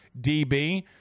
DB